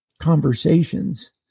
conversations